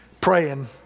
praying